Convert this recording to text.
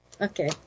Okay